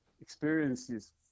experiences